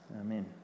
Amen